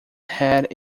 had